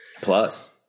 Plus